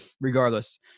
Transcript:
regardless